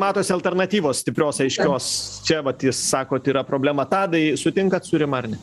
matosi alternatyvos stiprios aiškios čia vat sakot yra problema tadai sutinkat su rima ar ne